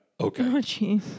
okay